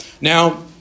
Now